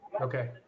Okay